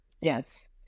yes